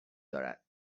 دارد